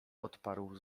odparł